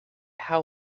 how